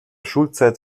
schulzeit